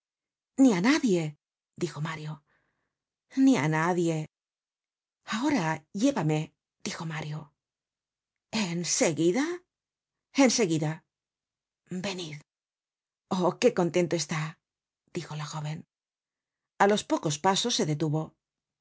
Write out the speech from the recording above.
ni á nadie dijo mario ni á nadie ahora llévame dijo mario en seguida en seguida venid oh qué contento está dijo la jóven a los pocos pasos se detuvo me